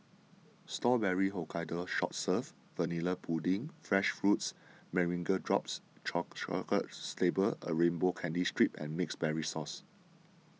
Strawberry Hokkaido soft serve vanilla pudding fresh fruits meringue drops chocolate sable a rainbow candy strip and mixed berries sauce